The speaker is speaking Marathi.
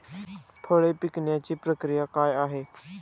फळे पिकण्याची प्रक्रिया काय आहे?